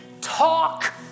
talk